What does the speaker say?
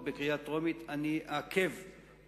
הצעת החוק בקריאה טרומית אני אעכב את